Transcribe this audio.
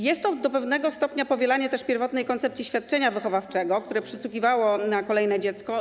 Jest to do pewnego stopnia powielanie też pierwotnej koncepcji świadczenia wychowawczego, które przysługiwało na kolejne dziecko.